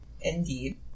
Indeed